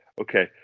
Okay